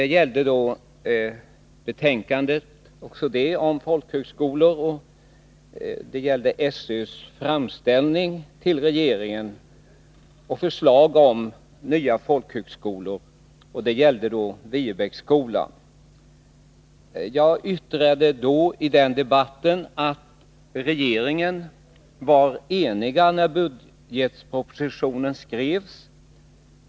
I ärendet ingick också skolöverstyrelsens anslagsframställning och regeringens förslag om nya folkhögskolor, bl.a. Viebäcksskolan. Jag anförde: ”Regeringen var enig när budgetpropositionen skrevs.